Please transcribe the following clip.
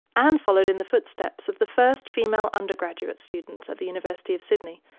anne followed in the footsteps of the first female undergraduate students at the university of sydney,